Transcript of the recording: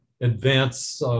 advance